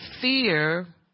fear